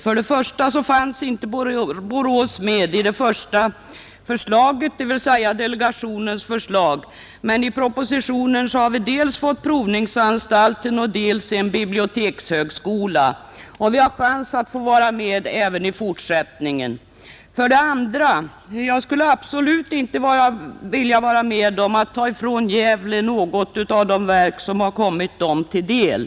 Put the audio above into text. För det första fanns inte Borås med i det första förslaget, dvs. delegationens förslag, men i propositionen har vi fått dels provnings anstalten, dels en bibliotekshögskola. Vi i Borås har chansen att få vara med även i fortsättningen. För det andra skulle jag absolut inte vilja vara med om att ta ifrån Gävle något av de verk som har kommit Gävle till del.